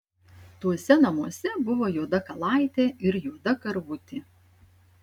tuose namuose buvo juoda kalaitė ir juoda karvutė